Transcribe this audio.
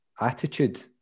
attitude